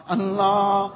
Allah